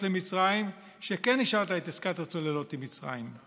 למצרים כשכן אישרת את עסקת הצוללות עם מצרים?